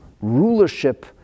rulership